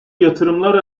yatırımlar